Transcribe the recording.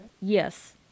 Yes